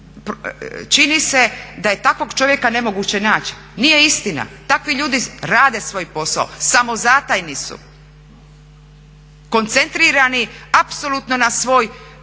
čini se da je takvog čovjeka nemoguće naći. Nije istina! Takvi ljudi rade svoj posao, samozatajni su, koncentrirani apsolutno na svoj